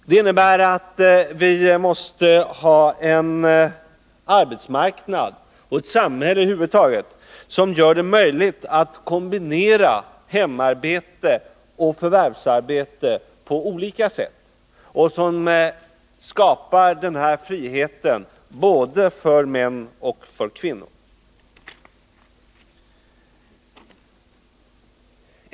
Det innebär att vi måste ha en arbetsmarknad och över huvud taget ett samhälle som på olika sätt gör det möjligt att kombinera hemarbete och förvärvsarbete, varvid den här friheten skapas både för män och för kvinnor.